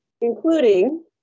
including